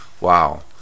wow